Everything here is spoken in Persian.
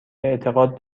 اعتقاد